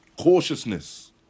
cautiousness